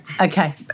okay